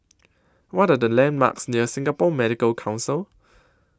What Are The landmarks near Singapore Medical Council